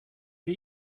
wir